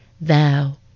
Thou